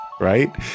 right